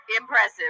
Impressive